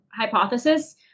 hypothesis